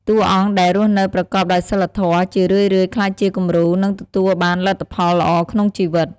តួអង្គដែលរស់នៅប្រកបដោយសីលធម៌ ជារឿយៗក្លាយជាគំរូ និងទទួលបានលទ្ធផលល្អក្នុងជីវិត។